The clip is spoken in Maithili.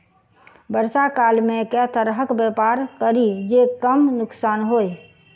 वर्षा काल मे केँ तरहक व्यापार करि जे कम नुकसान होइ?